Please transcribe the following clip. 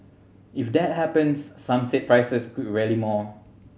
if that happens some said prices could rally more